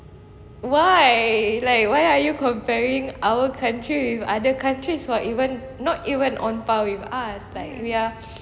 why like why are you comparing our country with other countries who are even not even on par with us like we are